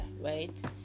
right